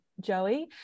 Joey